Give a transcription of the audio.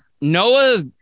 Noah